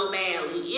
badly